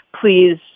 Please